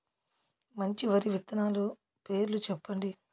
మంచి వరి విత్తనాలు పేర్లు చెప్పండి?